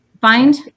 find